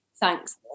thanks